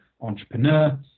entrepreneur